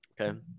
okay